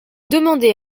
demandez